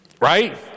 right